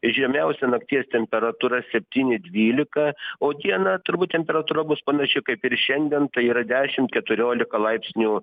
žemiausia nakties temperatūra septyni dvylika o dieną turbūt temperatūra bus panaši kaip ir šiandien tai yra dešim keturiolika laipsnių